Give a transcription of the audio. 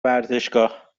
ورزشگاه